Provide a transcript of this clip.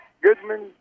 Goodman